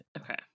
okay